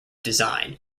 design